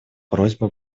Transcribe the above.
просьба